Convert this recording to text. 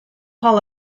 hall